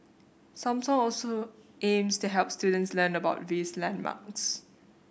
Samsung also aims to help students learn about these landmarks